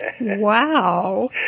Wow